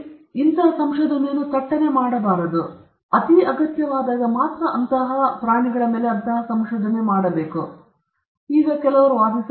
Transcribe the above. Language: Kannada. ನಾವು ಅದನ್ನು ಕೇವಲ ಥಟ್ಟನೆ ಮಾಡಬಾರದು ಅಗತ್ಯವಾದಾಗ ಮಾತ್ರ ನಾವು ಇದನ್ನು ಮಾಡಬಹುದು